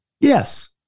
Yes